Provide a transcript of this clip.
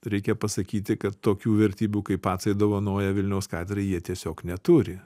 reikia pasakyti kad tokių vertybių kaip pacai dovanoja vilniaus katedrai jie tiesiog neturi